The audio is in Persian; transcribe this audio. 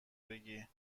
بگی